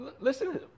listen